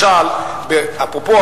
אפרופו,